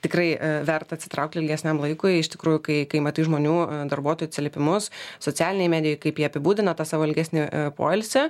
tikrai verta atsitraukti ilgesniam laikui iš tikrųjų kai kai matai žmonių darbuotojų atsiliepimus socialinėj medijoj kaip jie apibūdina tą savo ilgesnį poilsį